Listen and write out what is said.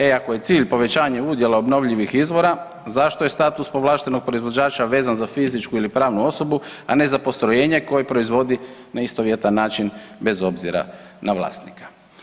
E ako je cilj povećanje udjela obnovljivih izvora zašto je status povlaštenog proizvođača vezan za fizičku ili pravnu osobnu, a ne za postrojenje koje proizvodi na istovjetan način bez obzira na vlasnika.